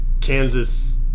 Kansas